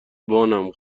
بانم